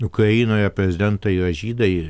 ukrainoje prezidentai yra žydai